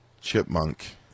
chipmunk